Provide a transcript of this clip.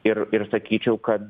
ir ir sakyčiau kad